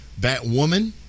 Batwoman